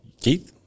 Keith